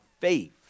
faith